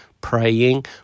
praying